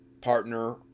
partner